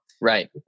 Right